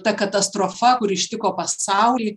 ta katastrofa kur ištiko pasaulį